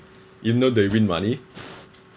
even though they win money